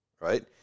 Right